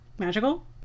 Magical